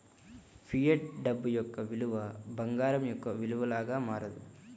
fiat డబ్బు యొక్క విలువ బంగారం యొక్క విలువ లాగా మారదు